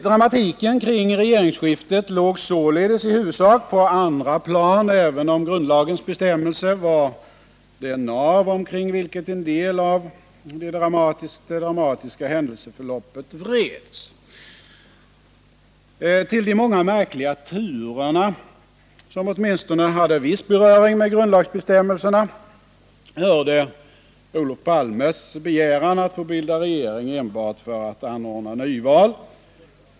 Dramatiken kring regeringsskiftet låg således i huvudsak på andra plan, även om grundlagens bestämmelser var det nav omkring vilket en del av det dramatiska händelseförloppet vreds. Till de många märkliga turer som åtminstone hade viss beröring med grundlagsbestämmelserna hörde Olof Palmes begäran att få bilda regering enbart för att få anordna nyval.